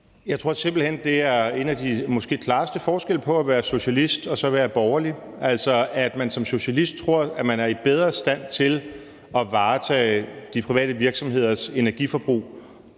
Jeg tror simpelt hen, at det er en af de måske klareste forskelle på at være socialist og så være borgerlig, altså at man som socialist tror, at man er i bedre stand til at varetage de private virksomheders energiforbrug